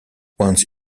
once